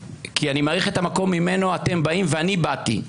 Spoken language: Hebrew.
כי מעריך את המקום ממנו אתם באים ואני באתי,